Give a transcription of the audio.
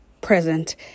present